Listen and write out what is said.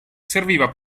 serviva